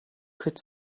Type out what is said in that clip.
could